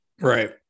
Right